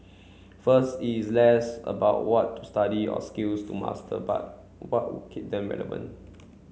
first is less about what to study or skills to master but what would keep them relevant